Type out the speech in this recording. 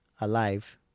alive